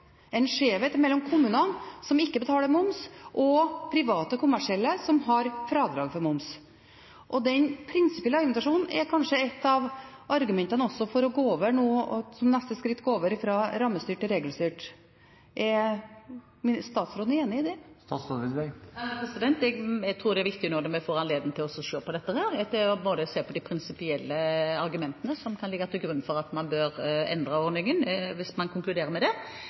en regelstyrt ordning at momskompensasjon var ment å oppheve en skjevhet, en skjevhet mellom kommunene, som ikke betaler moms, og private kommersielle, som har fradrag for moms. Den prinsipielle argumentasjonen er kanskje ett av argumentene for nå som neste skritt å gå over fra rammestyrt til regelstyrt. Er statsråden enig i det? Jeg tror det er viktig at vi nå får anledning til å se på dette, se på de prinsipielle argumentene som kan ligge til grunn for at man bør endre ordningen, hvis man konkluderer med det,